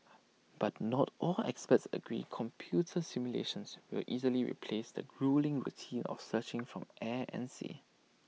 but not all experts agree computer simulations will easily replace the gruelling routine of searching from air and sea